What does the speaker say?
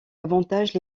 avantage